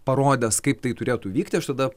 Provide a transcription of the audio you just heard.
parodęs kaip tai turėtų vykti aš tada